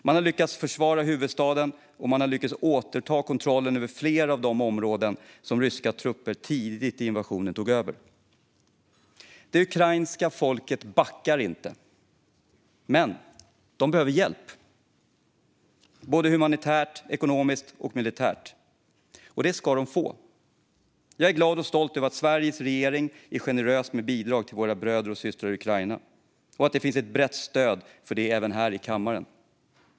Man har lyckats försvara huvudstaden, och man har lyckats återta kontrollen över flera av de områden som ryska trupper tidigt i invasionen tog över. Det ukrainska folket backar inte. Men de behöver hjälp - humanitärt, ekonomiskt och militärt - och det ska de få. Jag är glad och stolt över att Sveriges regering är generös med bidrag till våra bröder och systrar i Ukraina och att det finns ett brett stöd för det även här i kammaren.